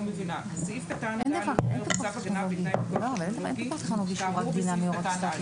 סעיף קטן (ד) אומר "צו הגנה בתנאי פיקוח טכנולוגי כאמור בסעיף קטן (א)".